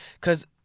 Cause